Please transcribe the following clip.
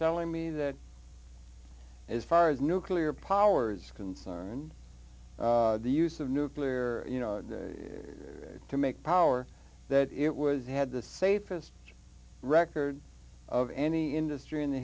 telling me that as far as nuclear powers concerned the use of nuclear you know to make power that it was had the safest record of any industry in the